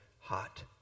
hot